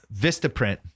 Vistaprint